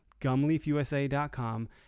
gumleafusa.com